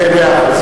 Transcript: מאה אחוז.